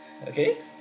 okay